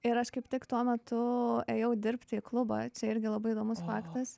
ir aš kaip tik tuo metu ėjau dirbti į klubą čia irgi labai įdomus faktas